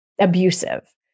abusive